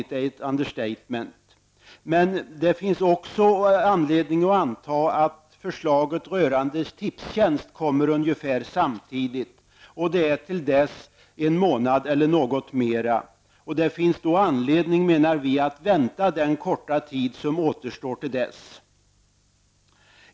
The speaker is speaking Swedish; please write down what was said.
Det är ett understatement. Det finns också anledning att anta att förslaget rörande Tipstjänst kommer ungefär samtidigt. Fram till dess -- ungfär en månad, eller något längre -- finns det anledning att vänta den korta tid som återstår.